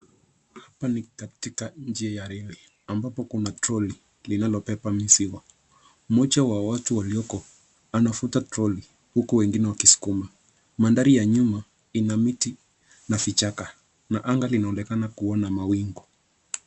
Hapa ni katika njia ya reli ambapo kuna troli linalo beba mizigo. Mmoja wa watu walioko anafuta troli huku wengine wakiskuma .Mandhari ya nyuma ina miti na vichaka na anga linaonekana kuwa na mawingu.